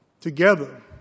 together